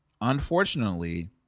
unfortunately